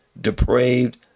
depraved